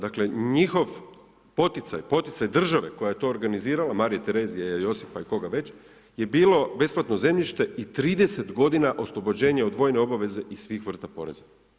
Dakle, njihov poticaj, poticaj države koja je to organizirala, Marije Terezije, Josipa i koga već je bilo besplatno zemljište i 30 godina oslobođenja od vojne obaveze i svih vrsta poreza.